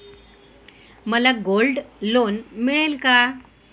मला gold loan मिळेल का?